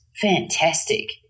fantastic